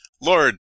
Lord